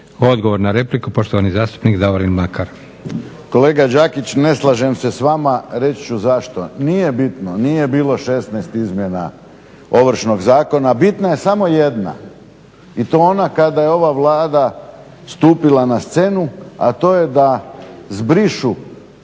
Odgovor na repliku, poštovani zastupnik Davorin Mlakar. **Mlakar, Davorin (HDZ)** Kolega Đakić ne slažem se s vama, reći ću zašto. Nije bitno, nije bilo 16 izmjena Ovršnog zakona, bitna je samo jedna i to ona kada je ova Vlada stupila na scenu, a to je da zbrišu